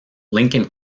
lincoln